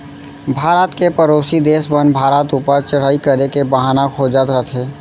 भारत के परोसी देस मन भारत ऊपर चढ़ाई करे के बहाना खोजत रथें